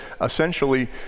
essentially